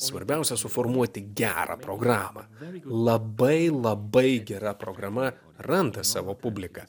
svarbiausia suformuoti gerą programą labai labai gera programa randa savo publiką